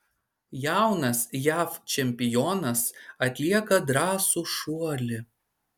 jaunas jav čempionas atlieka drąsų šuolį